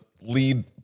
lead